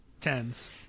Tens